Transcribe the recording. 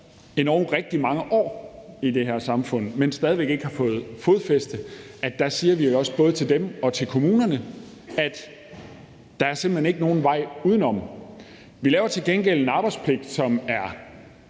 endog rigtig mange år i det her samfund, men stadig væk ikke har fået fodfæste, og til kommunerne, at der simpelt hen ikke er nogen vej udenom. Vi laver til gengæld en arbejdspligt, som er